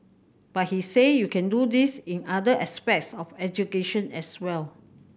but he said you can do this in other aspects of education as well